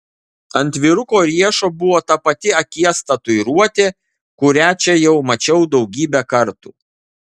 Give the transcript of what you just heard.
ant vyruko riešo buvo ta pati akies tatuiruotė kurią čia jau mačiau daugybę kartų